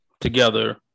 Together